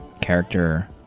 character